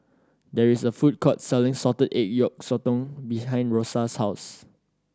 there is a food court selling salted egg yolk sotong behind Rosa's house